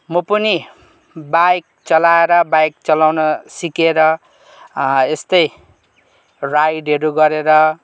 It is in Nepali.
म पनि बाइक चलाएर बाइक चलाउन सिकेर यस्तै राइडहरू गरेर